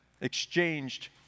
exchanged